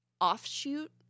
offshoot